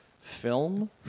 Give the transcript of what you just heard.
film